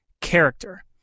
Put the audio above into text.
character—